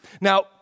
Now